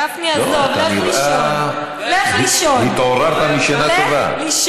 גפני, עזוב, לך לישון, לך לישון.